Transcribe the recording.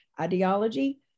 ideology